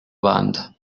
banda